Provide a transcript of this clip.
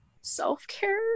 self-care